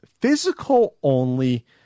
physical-only